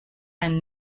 and